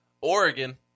Oregon